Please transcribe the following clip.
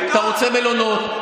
אתה רוצה מלונות,